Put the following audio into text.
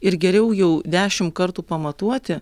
ir geriau jau dešim kartų pamatuoti